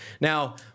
Now